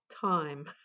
time